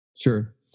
Sure